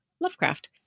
Lovecraft